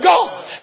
God